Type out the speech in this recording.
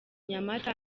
nyamata